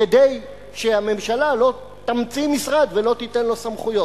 כדי שהממשלה לא תמציא משרד ולא תיתן לו סמכויות.